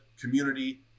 community